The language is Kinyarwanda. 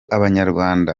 abanyarwanda